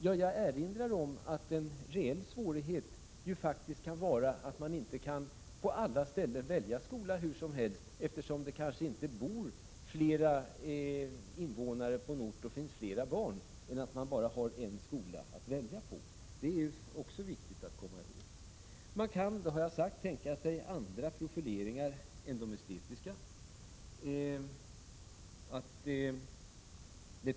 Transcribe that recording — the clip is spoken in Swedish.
Jag vill erinra om att en reell svårighet faktiskt 2 kan vara att man inte på alla ställen kan välja skola hur som helst, med hänsyn till att det på en viss ort kanske inte finns så många invånare och därmed barn att det kan finnas mer än en skola att välja på. Man kan vidare, som jag har sagt, tänka sig andra profileringar än de estetiska.